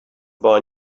boy